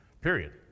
Period